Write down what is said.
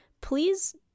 please